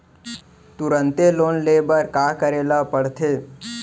तुरंत लोन ले बर का करे ला पढ़थे?